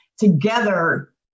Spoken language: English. together